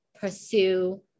pursue